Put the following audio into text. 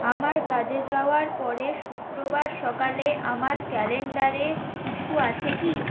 আমার কাজে যাওয়ার পরে শুক্রবার সকালে আমার ক্যালেন্ডারে কিছু আছে কি